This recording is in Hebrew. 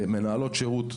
דיברתי על מנהלות שירות,